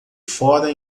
fora